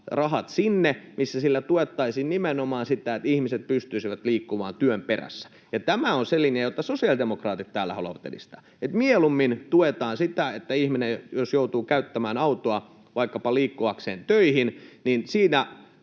rahat sinne, missä sillä tuettaisiin nimenomaan sitä, että ihmiset pystyisivät liikkumaan työn perässä. Tämä on se linja, jota sosiaalidemokraatit täällä haluavat edistää. Eli mieluummin tuetaan sitä, että jos ihminen joutuu käyttämään autoa vaikkapa liikkuakseen töihin, niin siihen